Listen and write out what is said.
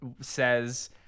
says